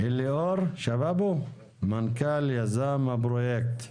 אליאור שבבו, מנכ"ל יזם הפרויקט.